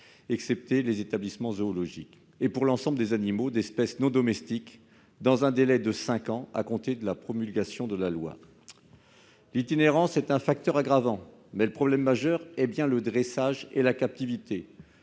excepté les établissements zoologiques, et pour l'ensemble des animaux d'espèces non domestiques dans un délai de cinq ans à compter de la promulgation de la loi. L'itinérance est un facteur aggravant, mais les problèmes majeurs sont bien le dressage et la captivité,